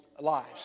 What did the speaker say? lives